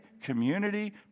community